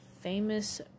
Famous